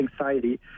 anxiety